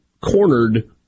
cornered